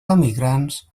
emigrants